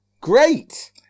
great